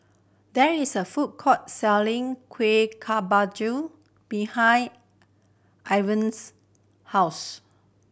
there is a food court selling Kueh Kemboja behind Iven's house